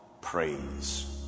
praise